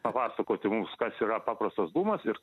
papasakoti mums kas yra paprastas dūmas ir